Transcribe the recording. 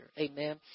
amen